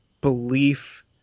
belief